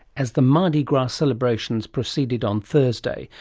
as the mardi gras celebrations proceeded on thursday,